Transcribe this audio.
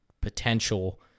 potential